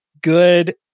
good